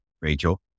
Rachel